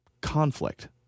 conflict